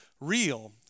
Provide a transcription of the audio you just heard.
real